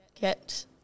get